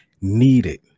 needed